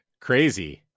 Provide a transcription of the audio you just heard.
crazy